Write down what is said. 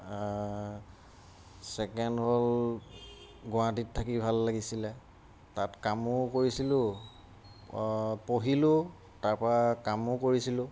second হ'ল গুৱাহাটীত থাকি ভাল লাগিছিলে তাত কামো কৰিছিলোঁ পঢ়িলোঁও তাৰপৰা কামো কৰিছিলোঁ